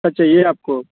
कब चाहिए आपको